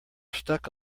stuck